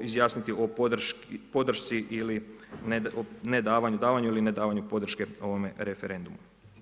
izjasniti o podršci ili ne davanju, davanju ili nedavanju podrške ovome referendumu.